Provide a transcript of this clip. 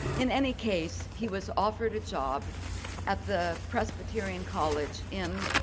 in any case, he was offered a job at the presbyterian college in,